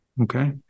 Okay